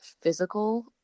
physical